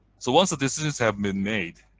so once the decisions have been made,